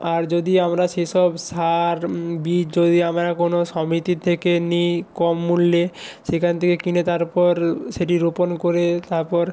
আর যদি আমরা সেসব সার বীজ যদি আমরা কোনো সমিতি থেকে নিই কম মূল্যে সেখান থেকে কিনে তারপর সেটি রোপণ করে তারপর